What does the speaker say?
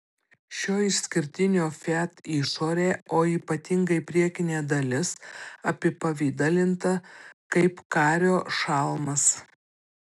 šio išskirtinio fiat išorė o ypatingai priekinė dalis apipavidalinta kaip kario šalmas